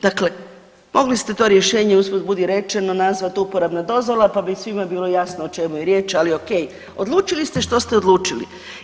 Dakle, mogli ste to rješenje usput budi rečeno nazvat uporabna dozvola, pa bi svima bilo jasno o čemu je riječ, ali okej, odlučili ste što ste odlučili.